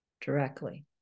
directly